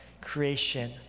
creation